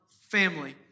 family